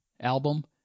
album